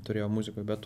turėjo muzikoj bet